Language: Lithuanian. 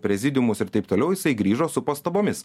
prezidiumus ir taip toliau jisai grįžo su pastabomis